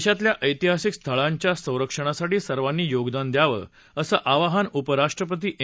देशातल्या ऐतिहासिक स्थळांच्या संरक्षणासाठी सर्वांनी योगदान द्यावं असं आवाहन उपराष्ट्रपती एम